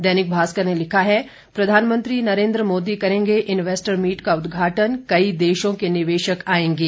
दैनिक भास्कर ने लिखा है प्रधानमंत्री नरेंद्र मोदी करेंगे इन्वेस्टर मीट का उदघाटन कई देशों के निवेशक आएंगे